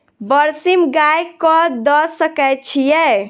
बरसीम गाय कऽ दऽ सकय छीयै?